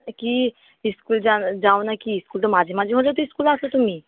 কী school যাও যাও নাকি স্কুল তো মাঝে মাঝে হলেও তো স্কুলে আসো তুমি